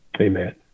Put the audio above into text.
Amen